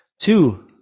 Two